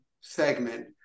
segment